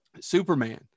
superman